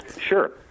sure